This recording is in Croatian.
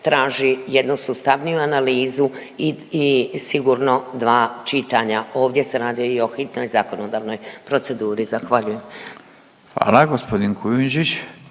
traži jednu sustavniju analizu i, i sigurno dva čitanja, ovdje se radi i o hitnoj zakonodavnoj proceduri, zahvaljujem. **Radin, Furio